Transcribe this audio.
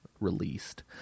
released